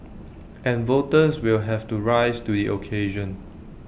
and voters will have to rise to IT occasion